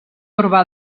urbà